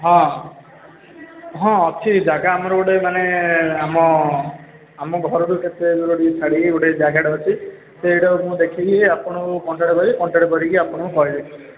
ହଁ ହଁ ଅଛି ଜାଗା ଆମର ଗୋଟେ ମାନେ ଆମ ଆମ ଘରଠୁ କେତେ ଦୂର ଟିକେ ଛାଡ଼ିକି ଗୋଟେ ଜାଗାଟେ ଅଛି ସେଇଟାକୁ ମୁଁ ଦେଖିକି ଆପଣଙ୍କୁ କଣ୍ଟାକ୍ଟ କରିବି କଣ୍ଟାକ୍ଟ କରିକି ଆପଣଙ୍କୁ କହିବି